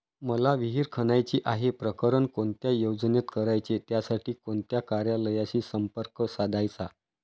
मला विहिर खणायची आहे, प्रकरण कोणत्या योजनेत करायचे त्यासाठी कोणत्या कार्यालयाशी संपर्क साधायचा?